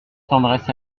tendresse